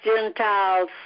Gentiles